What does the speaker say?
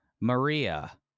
Maria